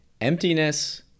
emptiness